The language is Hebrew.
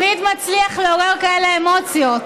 מצליח לעורר כאלה אמוציות.